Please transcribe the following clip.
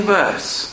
verse